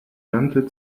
ganze